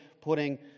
putting